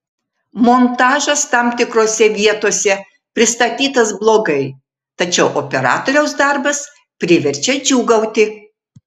montažas tam tikrose vietose pristatytas blogai tačiau operatoriaus darbas priverčia džiūgauti